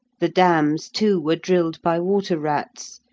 the dams, too, were drilled by water-rats,